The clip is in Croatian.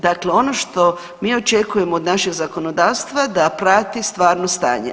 Dakle, ono što mi očekujemo od našeg zakonodavstva da prati stvarno stanje.